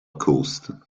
coast